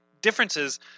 differences